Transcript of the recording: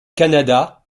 canada